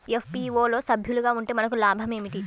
FPO లో సభ్యులుగా ఉంటే మనకు లాభం ఏమిటి?